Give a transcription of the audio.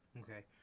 Okay